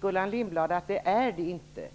Gullan Lindblad vet att det inte gör det.